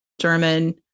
German